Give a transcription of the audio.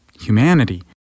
humanity